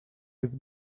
with